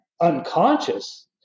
unconscious